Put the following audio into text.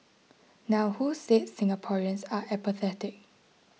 now who said Singaporeans are apathetic